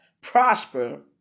prosper